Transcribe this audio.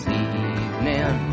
evening